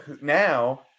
now